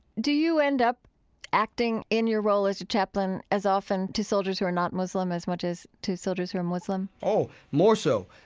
do you end up acting in your role as a chaplain as often to soldiers who are not muslim as much as to soldiers who are muslim? oh, more so.